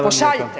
Pošaljite